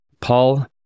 Paul